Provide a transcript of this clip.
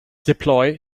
deploy